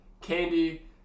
candy